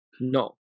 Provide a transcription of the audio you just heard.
No